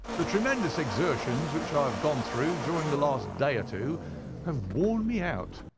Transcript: the tremendous exertions which i have gone through during the last day or two have worn me out.